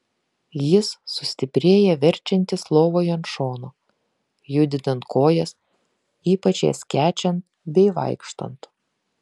jis sustiprėja verčiantis lovoje ant šono judinant kojas ypač jas skečiant bei vaikštant